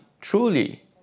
truly